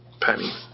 penny